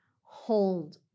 hold